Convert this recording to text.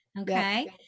Okay